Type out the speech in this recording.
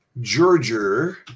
Georgia